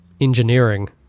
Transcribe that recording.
engineering